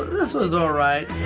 this one's all right.